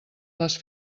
les